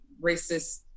racist